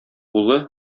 улы